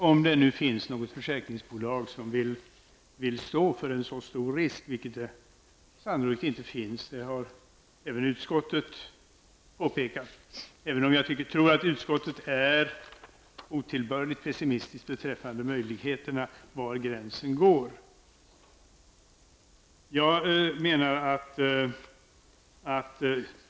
Frågan är om det finns något försäkringsbolag som vill stå för en sådan stor risk. Det finns det sannolikt inte. Detta har även utskottet påpekat, även om jag tror att utskottet är otillbörligt pessimistiskt beträffande var gränsen går.